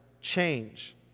change